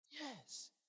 Yes